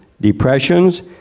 depressions